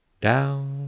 Down